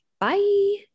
Bye